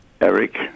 Eric